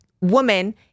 woman